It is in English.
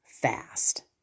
fast